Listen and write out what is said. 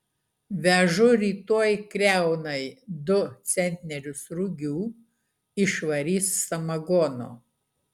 vežu rytoj kriaunai du centnerius rugių išvarys samagono